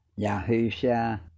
Yahusha